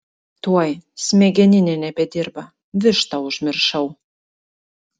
tuoj smegeninė nebedirba vištą užmiršau